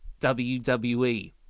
WWE